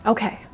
Okay